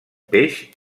peix